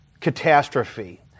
catastrophe